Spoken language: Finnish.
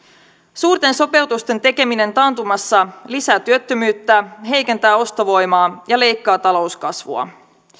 suurten sopeutusten tekeminen taantumassa lisää työttömyyttä heikentää ostovoimaa ja leikkaa talouskasvua